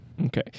Okay